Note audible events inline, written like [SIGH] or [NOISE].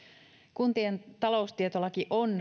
kuntien taloustietolaki on [UNINTELLIGIBLE]